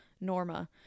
norma